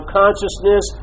consciousness